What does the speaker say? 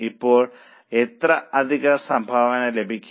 ഇപ്പോൾ എത്ര അധിക സംഭാവന ലഭിക്കും